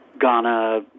Ghana